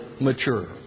mature